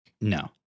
No